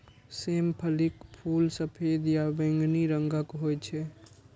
सेम फलीक फूल सफेद या बैंगनी रंगक होइ छै